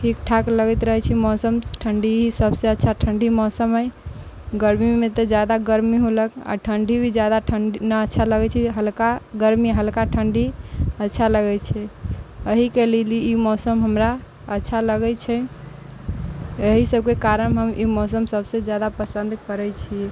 ठीक ठाक लगैत रहै छै मौसम ठण्डी सबसँ अच्छा ठण्डी मौसम एहि गर्मीमे तऽ ज्यादा गर्मी होलक आओर ठण्डी भी ज्यादा नहि अच्छा लगै छै हल्का गर्मी हल्का ठण्डी अच्छा लगै छै एहिके लेल ई मौसम हमरा अच्छा लगै छै एहि सबके कारण हम ई मौसम सबसँ ज्यादा पसन्द करै छी